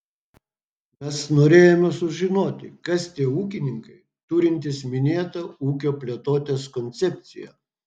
mes norėjome sužinoti kas tie ūkininkai turintys minėtą ūkio plėtotės koncepciją